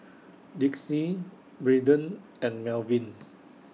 Dixie Braden and Melvin